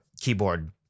keyboard